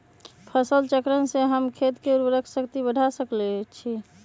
फसल चक्रण से हम खेत के उर्वरक शक्ति बढ़ा सकैछि?